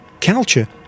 Culture